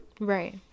Right